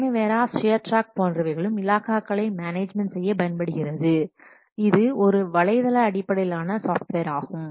Primavera SureTrak போன்றவைகளும் இலாகாக்களை management செய்ய பயன்படுகிறது இது ஒரு வலைதள அடிப்படையிலான சாஃப்ட்வேர் ஆகும்